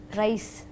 rice